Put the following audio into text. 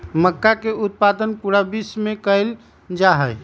मक्का के उत्पादन पूरा विश्व में कइल जाहई